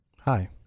Hi